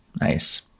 nice